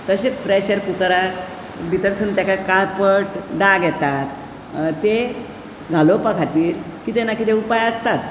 तशेंच प्रेशर कुकराक भितरसून ताका काळपट डाग येता तें घालोवपा खातीर कितें ना कितें उपाय आसताच